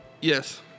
Yes